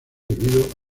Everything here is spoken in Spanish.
debido